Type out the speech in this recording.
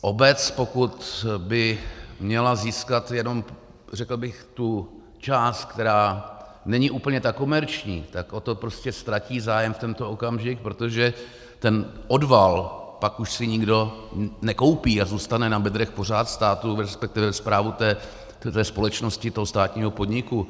Obec, pokud by měla získat jenom tu část, která není úplně ta komerční, tak o to ztratí zájem v tento okamžik, protože ten odval si pak už nikdo nekoupí a zůstane na bedrech pořád státu, resp. správy té společnosti, toho státního podniku.